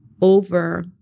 over